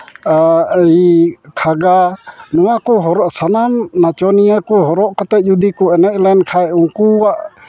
ᱠᱷᱟᱸᱜᱟ ᱱᱚᱣᱟ ᱠᱚ ᱦᱚᱨᱚᱜ ᱥᱟᱱᱟᱢ ᱱᱟᱪᱚᱱᱤᱭᱟᱹ ᱠᱚ ᱦᱚᱨᱚᱜ ᱠᱟᱛᱮᱫ ᱡᱩᱫᱤ ᱠᱚ ᱮᱱᱮᱡ ᱞᱮᱱᱠᱷᱟᱡ ᱩᱱᱠᱩᱣᱟᱜ